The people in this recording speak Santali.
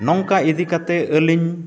ᱱᱚᱝᱠᱟ ᱤᱫᱤ ᱠᱟᱛᱮᱫ ᱟᱞᱤᱧ